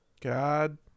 God